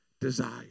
Desire